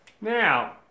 Now